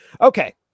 okay